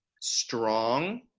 strong